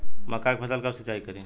मका के फ़सल कब सिंचाई करी?